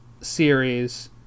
series